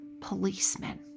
policemen